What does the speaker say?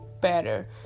better